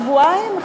שבועיים?